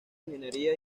ingeniería